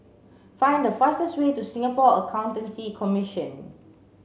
find the fastest way to Singapore Accountancy Commission